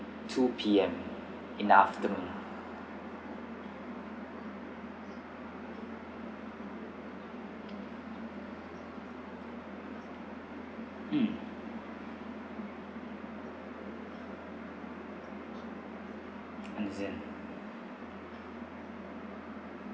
two P_M in the afternoon mm understand